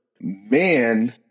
man